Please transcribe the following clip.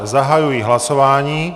Zahajuji hlasování.